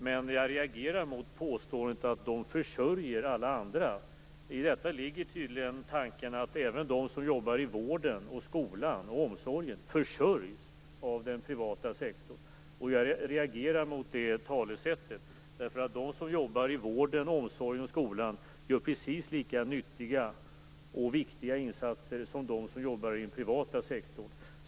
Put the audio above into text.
Men jag reagerar mot påståendet att de försörjer alla andra. I detta ligger tydligen tanken att även de som jobbar i vården, skolan och omsorgen försörjs av den privata sektorn. Jag reagerar mot det talesättet. De som jobbar i vården, omsorgen och skolan gör precis lika nyttiga och viktiga insatser som de som jobbar i den privata sektorn.